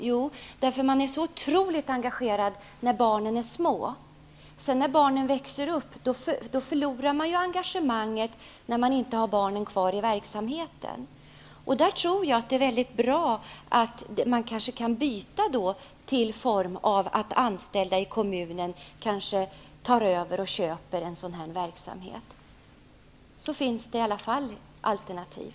Jo, det beror på att man är så otroligt engagerad när barnen är små. När barnen sedan växer upp och inte längre är kvar i verksamheten förlorar man engagemanget. Jag tror att det då vore bra om kooperativet då ändrar form, t.ex. genom att anställda i kommunen kanske tar över och köper en sådan verksamhet. På det sättet skulle det ändå finnas alternativ.